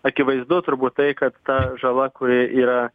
akivaizdu turbūt tai kad ta žala kuri yra